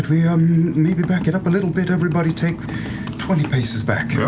we um maybe back it up a little bit? everybody take twenty paces back. yeah